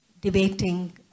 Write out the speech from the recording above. debating